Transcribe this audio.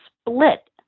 split